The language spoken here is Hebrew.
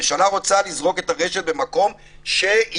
והממשלה רוצה לזרוק את הרשת במקום שיגרום